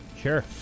Sure